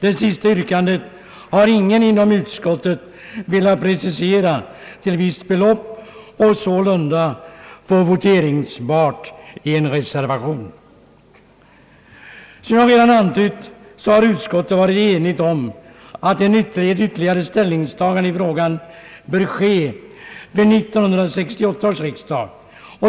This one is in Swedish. Det sista yrkandet har ingen inom utskottet velat precisera till visst belopp för att på så sätt få det voteringsbart i en reservation. Som jag redan antytt har utskottet varit enigt om att ytterligare ställningstagande i frågan bör ske vid 1968 års riksdag.